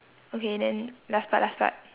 okay then last part last part